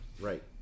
right